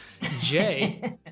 Jay